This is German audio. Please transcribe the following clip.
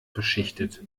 beschichtet